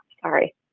sorry